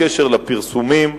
בקשר לפרסומים,